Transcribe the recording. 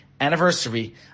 anniversary